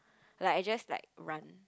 like I just like run